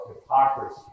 hypocrisy